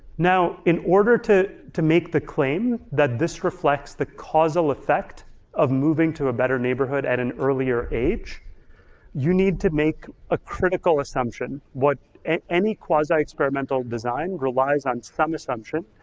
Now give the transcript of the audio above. now in order to to make the claim that this reflects the causal effect of moving to a better neighborhood at an earlier age you need to make a critical assumption, what any quasi-experimental design relies on some assumption,